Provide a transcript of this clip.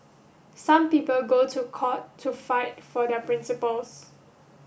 some people go to court to fight for their principles